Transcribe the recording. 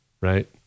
right